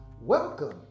welcome